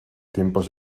tiempos